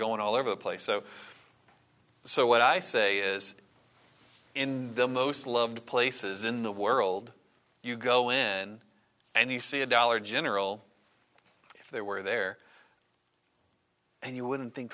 going all over the place so so what i say is in the most loved places in the world you go in and you see a dollar general if there were there and you wouldn't think